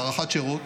הארכת שירות,